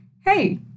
Hey